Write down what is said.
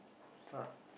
start